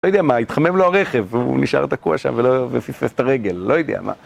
לא יודע מה, התחמם לו הרכב, הוא נשאר תקוע שם ופספס את הרגל, לא יודע מה.